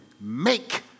make